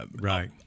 Right